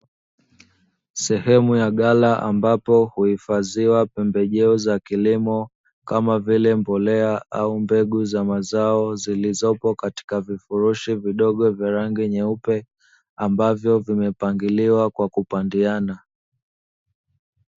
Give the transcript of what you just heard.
Sehemu ya ghala ambapo huhifadhiwa pembejeo za kilimo, kama vile mbolea au mbegu za mazao zilizopo katika vifurushi vidogo vya rangi nyeupe; ambavyo vimepangiliwa kwa kupandiana.